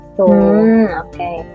okay